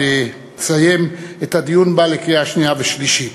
לסיים את הדיון בה לקראת קריאה שנייה ושלישית.